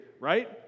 right